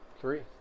Three